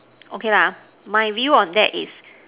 okay lah my view on that is